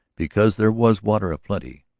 because there was water aplenty,